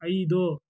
ಐದು